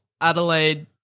Adelaide